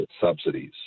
subsidies